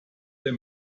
der